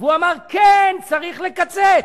והוא אמר: כן, צריך לקצץ.